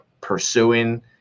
pursuing